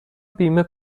بیمه